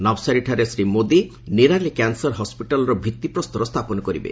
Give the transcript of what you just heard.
ନଭସାରୀଠାରେ Shri Modi Nirali cancer ହସ୍ପିଟାଲର ଭିଭିପ୍ରସ୍ତର ସ୍ଥାପନ କରିବେ